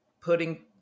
putting –